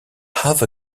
have